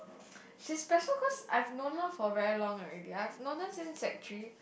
she is special cause I've known her for very long already I've known her since sec three